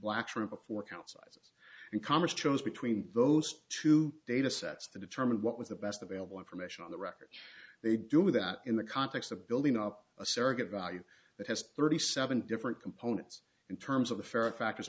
black shrimp for councils and congress chose between those two datasets to determine what was the best available information on the record they do that in the context of building up a surrogate value that has thirty seven different components in terms of the ferret factors